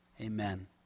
Amen